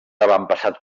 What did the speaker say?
avantpassat